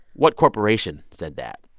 what corporation said that?